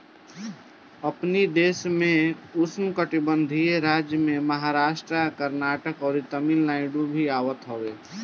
अपनी देश में उष्णकटिबंधीय राज्य में महाराष्ट्र, कर्नाटक, अउरी तमिलनाडु भी आवत हवे